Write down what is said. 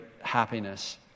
happiness